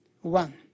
one